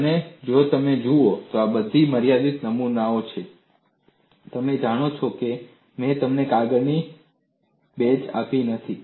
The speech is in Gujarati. અને જો તમે જુઓ તો આ બધા મર્યાદિત નમૂનાઓ છે તમે જાણો છો કે મેં તેમને કાગળની બેચ આપી નથી